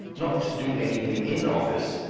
not to do anything in office,